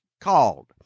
called